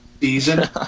season